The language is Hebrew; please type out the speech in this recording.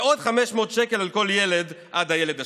ועוד 500 שקל על כל ילד עד הילד השלישי.